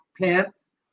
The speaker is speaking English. pants